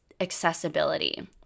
accessibility